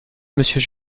monsieur